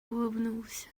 улыбнулся